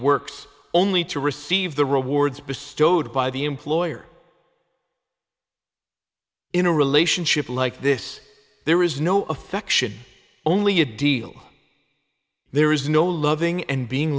works only to receive the rewards bestowed by the employer in a relationship like this there is no affection only a deal there is no loving and being